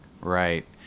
Right